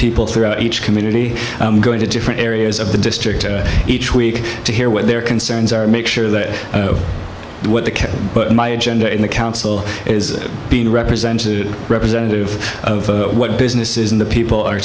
people throughout each community going to different areas of the district each week to hear what their concerns are make sure that what they can put on my agenda in the council is being represented representative of what business is and the people are